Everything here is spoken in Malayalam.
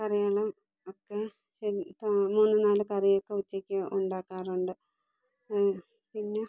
കറികളും ഒക്കെ മൂന്നു നാല് കറിയൊക്കെ ഉച്ചക്ക് ഉണ്ടാക്കാറുണ്ട് പിന്നെ